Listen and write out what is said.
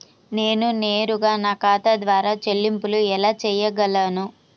నేను నేరుగా నా ఖాతా ద్వారా చెల్లింపులు ఎలా చేయగలను?